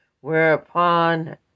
whereupon